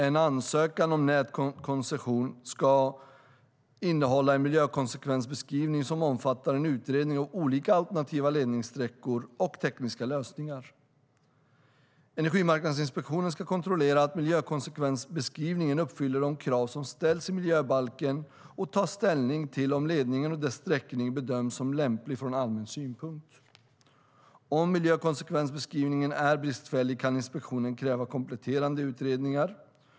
En ansökan om nätkoncession ska innehålla en miljökonsekvensbeskrivning som omfattar en utredning av olika alternativa ledningssträckningar och tekniska lösningar. Energimarknadsinspektionen ska kontrollera att miljökonsekvensbeskrivningen uppfyller de krav som ställs i miljöbalken och ta ställning till om ledningen och dess sträckning bedöms som lämplig från allmän synpunkt. Om miljökonsekvensbeskrivningen är bristfällig kan inspektionen kräva kompletterande utredningar.